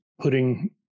putting